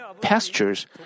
pastures